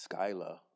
Skyla